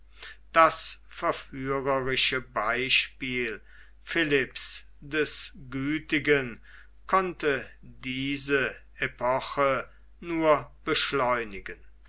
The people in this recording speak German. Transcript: das verführerische beispiel philipps des gütigen konnte diese epoche nur beschleunigen